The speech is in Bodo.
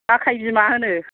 आखाइ बिमा होनो